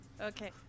Okay